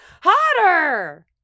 hotter